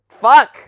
fuck